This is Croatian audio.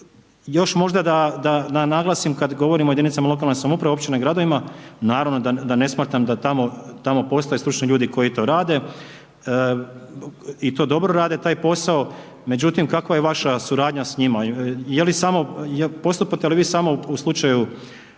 Još možda da naglasim, kad govorimo o jedinicama lokalne samouprave, općinama i gradovima, naravno da ne smatram da tamo postoje stručni ljudi koji to rade i to dobro rade taj posao. Međutim, kako je vaša suradnja s njima, je li samo postupate li vi samo u slučaju